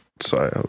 Sorry